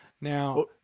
Now